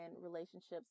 relationships